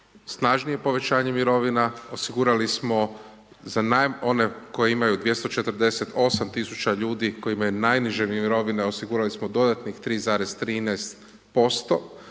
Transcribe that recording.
snažnije povećanje mirovina, osigurali smo za one koji imaju 248000 ljudi kojima je najniže mirovine, osigurali smo dodatnih 3,13%,